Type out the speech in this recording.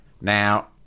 now